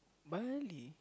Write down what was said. Bali